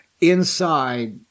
inside